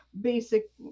basic